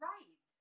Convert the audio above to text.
Right